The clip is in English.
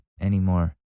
anymore